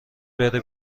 بره